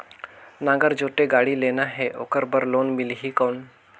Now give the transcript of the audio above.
नागर जोते गाड़ी लेना हे ओकर बार लोन मिलही कौन?